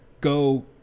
go